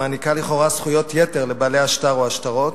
המעניקה לכאורה זכויות יתר לבעלי השטר או השטרות,